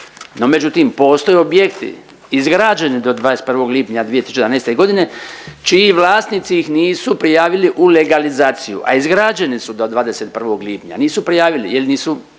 međutim postoje objekti izgrađeni do do 21. lipnja 2011. godine čiji vlasnici ih nisu prijavili u legalizaciju, a izgrađeni su do 21. lipnja, nisu prijavili ili su